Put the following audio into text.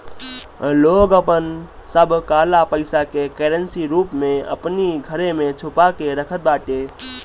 लोग आपन सब काला पईसा के करेंसी रूप में अपनी घरे में छुपा के रखत बाटे